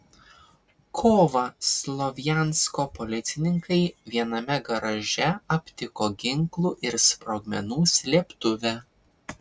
kovą slovjansko policininkai viename garaže aptiko ginklų ir sprogmenų slėptuvę